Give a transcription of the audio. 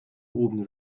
oben